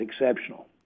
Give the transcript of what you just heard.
exceptional